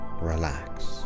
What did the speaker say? relax